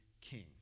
king